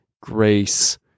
grace